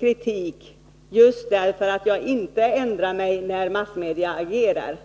kritik just därför att jag inte ändrar mig när massmedierna agerar.